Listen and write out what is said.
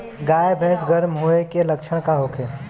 गाय भैंस गर्म होय के लक्षण का होखे?